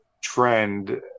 trend